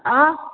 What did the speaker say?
आं